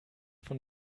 von